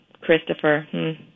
Christopher